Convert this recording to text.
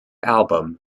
album